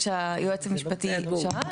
שהיועץ המשפטי שאל.